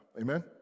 Amen